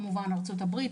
ארצות-הברית,